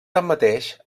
tanmateix